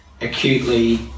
acutely